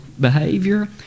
behavior